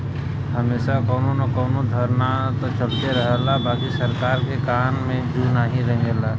हमेशा कउनो न कउनो धरना त चलते रहला बाकि सरकार के कान में जू नाही रेंगला